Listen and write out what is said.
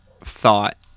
thought